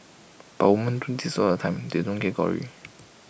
but women do this all the time they don't get glory